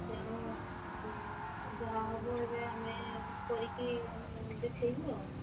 ତେଣୁ ଯାହା ହେବ ଏବେ ଆମେ କରିକି ଦେଖାଇବୁ ଆଉ